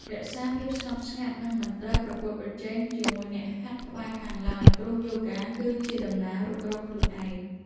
រក្សាភាពស្ងប់ស្ងាត់ និងមិនត្រូវប្រកួតប្រជែងជាមួយអ្នកហាត់ក្បែរខាងឡើយ ព្រោះយូហ្គាគឺជាដំណើររុករកខ្លួនឯង។